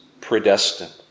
predestined